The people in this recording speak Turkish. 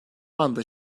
anda